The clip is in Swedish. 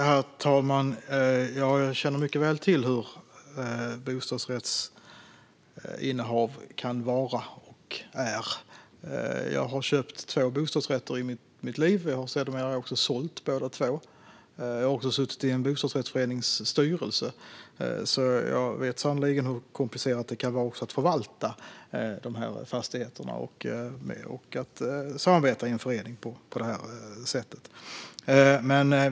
Herr talman! Jag känner mycket väl till hur bostadsrättsinnehav kan vara och är. Jag har köpt två bostadsrätter i mitt liv; jag har sedermera också sålt båda två. Jag har dessutom suttit i en bostadsrättsförenings styrelse, så jag vet sannerligen också hur komplicerat det kan vara att förvalta dessa fastigheter och att samarbeta i en förening på detta sätt.